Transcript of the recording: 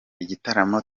igitaramo